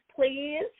please